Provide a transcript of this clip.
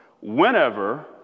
whenever